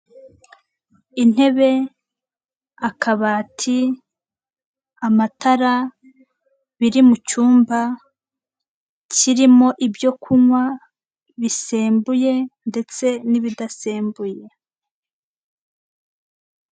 Intebe, akabati, amatara, biri mu cyumba kirimo ibyo kunywa bisembuye ndetse n'ibidasembuye.